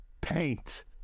paint